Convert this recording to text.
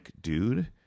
dude